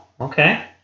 okay